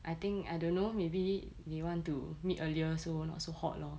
I think I don't know maybe they want to meet earlier so not so hot lor